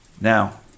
Now